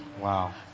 Wow